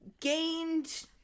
gained